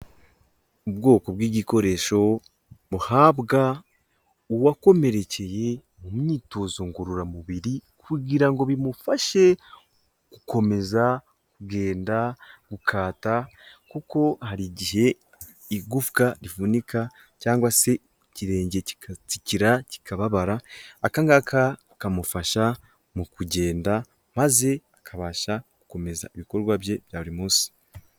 Ubwoko bw'igikoresho muhabwa uwakomerekeye mu myitozo ngororamubiri kugira ngo bimufashe gukomeza kugenda, gukata kuko hari igihe igufwa rivunika cyangwa se ikirenge kikatsikira kikababara. Aka ngaka kamufasha mu kugenda maze akabasha gukomeza ibikorwa bye bya buri munsi.